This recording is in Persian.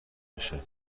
بشه